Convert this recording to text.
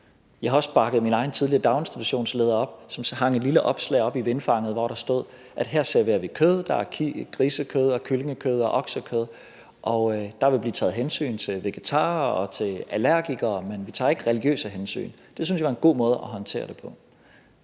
Jeg har også bakket min egen tidligere daginstitutionsleder op, som hængte et lille opslag op i vindfanget, hvor der stod, at her serverer vi kød – der er grisekød og kyllingekød og oksekød, og der vil blive taget hensyn til vegetarer og allergikere, men vi tager ikke religiøse hensyn. Det synes jeg er en god måde at håndtere det på.